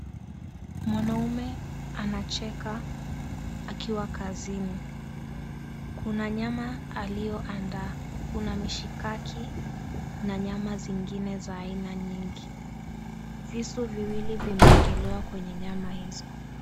Mwanaume anacheka akiwa kazini, kuna nyama aliyoandaa, kuna mishikaki na nyama zingine za aina nyingi. Visu viwili vimewekelewa kwenye nyama hizo.